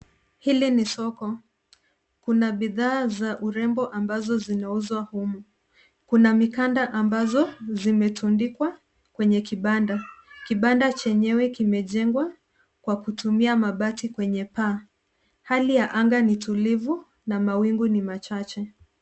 Hili ni soko. Kuna bidhaa za urembo ambazo zinauzwa humu. Kuna mikanda ambazo zimetundikwa kwenye kibanda. Kibanda chenyewe kimejengwa kwa kutumia mabati kwenye paa. Hali ya anga ni tulivu na mawingu ni machache.